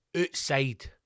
outside